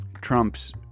trump's